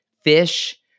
fish